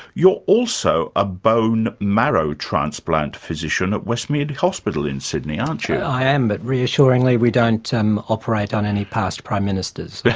you are also a bone marrow transplant physician at westmead hospital, in sydney, aren't you? i am, but reassuringly we don't and operate on any past prime ministers.